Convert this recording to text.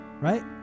right